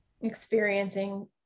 experiencing